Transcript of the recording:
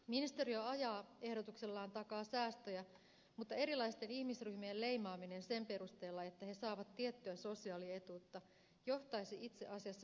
ministeriö ajaa ehdotuksellaan takaa säästöjä mutta erilaisten ihmisryhmien leimaaminen sen perusteella että he saavat tiettyä sosiaalietuutta johtaisi itse asiassa päinvastaiseen lopputulokseen